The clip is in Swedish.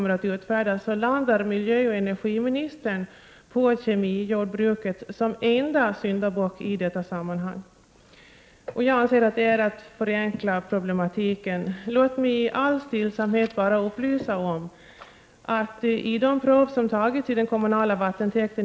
Ett självklart krav på dricksvattnet är att det håller en hög kvalitet.